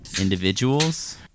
individuals